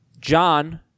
John